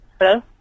Hello